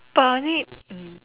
but I need